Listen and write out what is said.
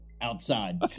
outside